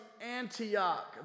Antioch